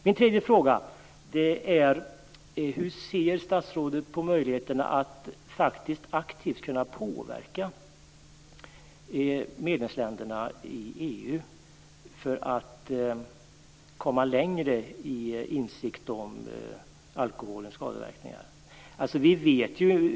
Min tredje fråga rör hur statsrådet ser på möjligheterna att faktiskt aktivt kunna påverka medlemsländerna i EU för att komma längre i insikt om alkoholens skadeverkningar?